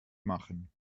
machen